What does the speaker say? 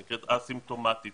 שנקראת אסימפטומטית